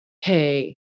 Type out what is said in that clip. Hey